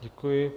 Děkuji.